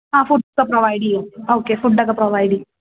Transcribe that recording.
food provide ചെയ്യും okay ഫുഡൊക്കെ provide ചെയ്യും